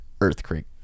earthquake